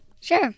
Sure